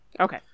Okay